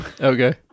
okay